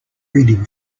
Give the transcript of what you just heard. reading